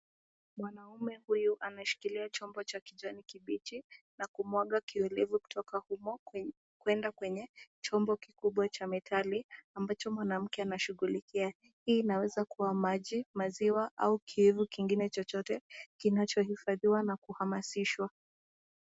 Mwanaume huyu ameshikilia chombo cha kijani kibichi na kumwaga kiolevu kutoka humo kwenda kwenye chombo kikubwa cha metali ambacho mwanamke anashughulikia. Hii inaweza kuwa maji, maziwa au kiowevu kingine chochote kinachohifadhiwa na kuhamasishwa.